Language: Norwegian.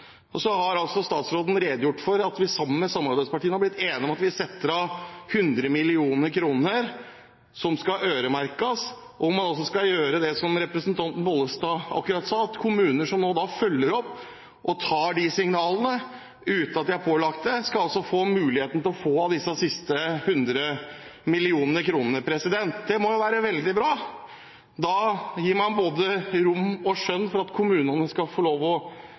unge. Så har statsråden redegjort for at vi sammen med samarbeidspartiene har blitt enige om å sette av 100 mill. kr, som skal øremerkes. Man skal gjøre det som representanten Bollestad akkurat sa: Kommuner som nå følger opp og tar signalene uten at de er pålagt det, skal få muligheten til å få av disse siste 100 mill. kr. Det må jo være veldig bra. Da gir man med de signalene som kommer, både rom og skjønn for at kommunene skal få lov til å